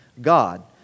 God